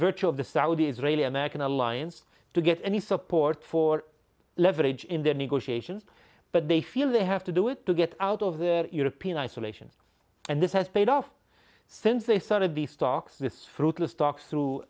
virtue of the saudi israeli american alliance to get any support for leverage in the negotiations but they feel they have to do it to get out of the european isolation and this has paid off since they started these talks this fruitless talks through